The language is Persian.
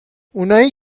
اونایی